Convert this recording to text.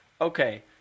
okay